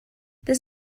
this